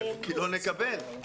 כי לא נקבל.